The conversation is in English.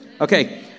Okay